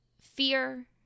fear